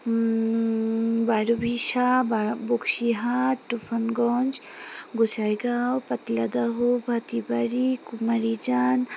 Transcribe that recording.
বারুভিশা বা বক্সিহাট তুফানগঞ্জ গোঁসাইগাঁও পাতলাদাহু ভাটিবাড়ি